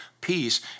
peace